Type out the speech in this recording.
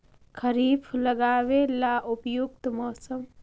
खरिफ लगाबे ला उपयुकत मौसम?